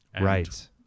Right